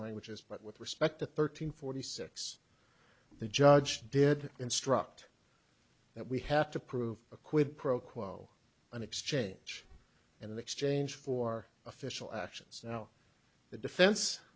languages but with respect to thirteen forty six the judge did instruct that we have to prove a quid pro quo an exchange and exchange for official actions now the defen